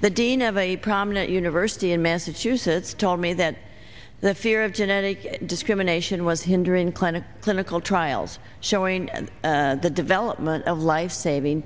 the dean of a prominent university in massachusetts told me that the fear of genetic discrimination was hindering clinic clinical trials showing the development of life saving